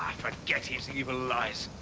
forget his evil lies.